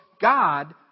God